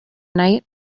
night